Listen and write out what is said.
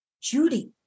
Judy